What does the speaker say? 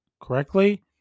Correctly